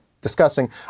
discussing